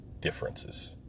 differences